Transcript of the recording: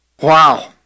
Wow